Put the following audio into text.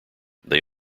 they